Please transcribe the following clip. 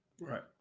Right